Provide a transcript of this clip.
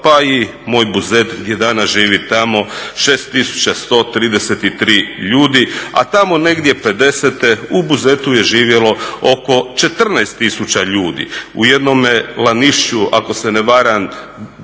pa i moj Buzet gdje danas živi tamo 6133 ljudi, a tamo negdje '50. u Buzetu je živjelo oko 14 tisuća ljudi. U jednome Lanišću ako se ne varam